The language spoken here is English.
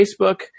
Facebook